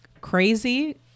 crazy